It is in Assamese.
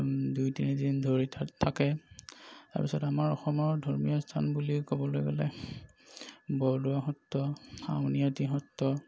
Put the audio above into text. দুই তিনিদিন ধৰি তাত থাকে তাৰ পিছত আমাৰ অসমৰ ধৰ্মীয় স্থান বুলি ক'বলৈ গ'লে বৰদোৱা সত্ৰ আউনীআটী সত্ৰ